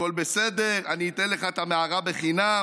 הכול בסדר, אני אתן לך את המערה חינם,